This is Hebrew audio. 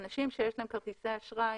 אנשים שיש להם כרטיסי אשראי,